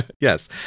Yes